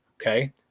Okay